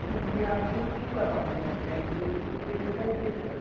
क्यों यह आपको क्यों करवानी है चेंज यह पीछे सही सीट है